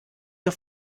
der